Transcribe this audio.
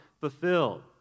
fulfilled